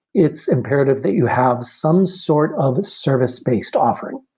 it's imperative that you have some sort of service-based offering.